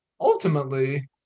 ultimately